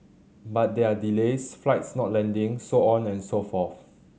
but there are delays flights not landing so on and so forth